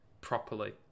properly